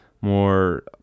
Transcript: more